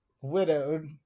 widowed